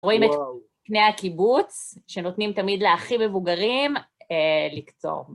רואים את פני הקיבוץ, שנותנים תמיד לאחים מבוגרים לקצור.